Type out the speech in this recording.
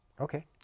okay